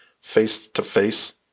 face-to-face